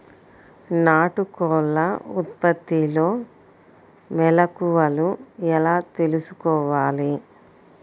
నాటుకోళ్ల ఉత్పత్తిలో మెలుకువలు ఎలా తెలుసుకోవాలి?